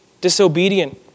disobedient